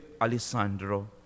Alessandro